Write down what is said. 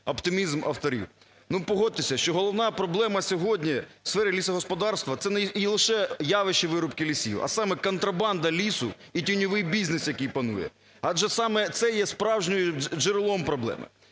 оптимізм авторів. Ну, погодьтеся, що головна проблема сьогодні у сфері лісогосподарства це не лише явище вирубки лісів, а саме контрабанда лісу і тіньовий бізнес, який панує, адже саме це є справжнім джерелом проблеми.